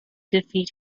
defeat